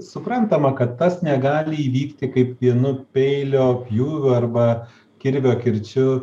suprantama kad tas negali įvykti kaip vienu peilio pjūviu arba kirvio kirčiu